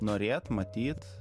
norėt matyt